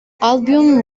album